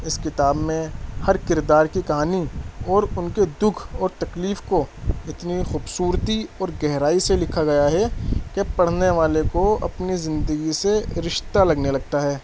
اس کتاب میں ہر کردار کی کہانی اور ان کے دکھ اور تکلیف کو اتنی خوبصورتی اور گہرائی سے لکھا گیا ہے کہ پڑھنے والے کو اپنی زندگی سے رشتہ لگنے لگتا ہے